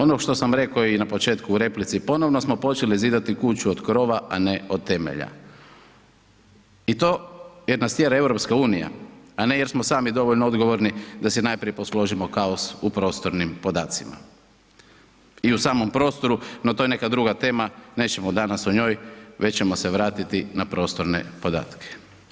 Ono što sam rekao na početku u replici, ponovno smo počeli zidati kuću od krova, a ne od temelja i to jer nas tjera EU, a ne jer smo sami dovoljno odgovorni da se najprije posložimo kaos u prostornim podacima i u samom prostoru, no to je neka druga tema, nećemo danas o njoj, već ćemo se vratiti na prostorne podatke.